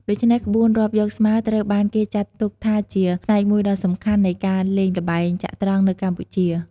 ដូច្នេះ ក្បួនរាប់យកស្មើត្រូវបានគេចាត់ទុកថាជាផ្នែកមួយដ៏សំខាន់នៃការលេងល្បែងចត្រង្គនៅកម្ពុជា។